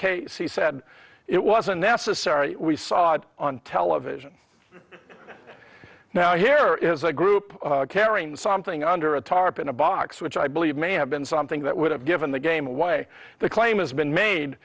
case he said it was unnecessary we saw it on television now here is a group carrying something under a tarp in a box which i believe may have been something that would have given the game away the claim has been made